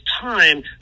time